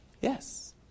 Yes